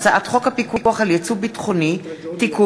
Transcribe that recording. הצעת חוק הפיקוח על יצוא ביטחוני (תיקון),